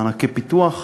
מענקי פיתוח,